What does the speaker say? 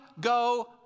go